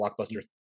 blockbuster